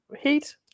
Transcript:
heat